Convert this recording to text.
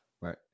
right